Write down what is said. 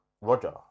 Roger